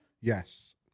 Yes